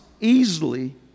easily